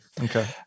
okay